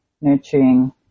Nurturing